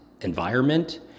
environment